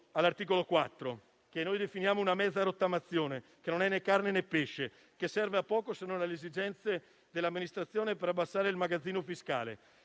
all'articolo 4, che definiamo una mezza rottamazione, che non è né carne, né pesce e che serve a poco, se non alle esigenze dell'amministrazione per abbassare il magazzino fiscale.